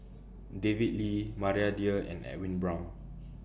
David Lee Maria Dyer and Edwin Brown